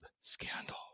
scandal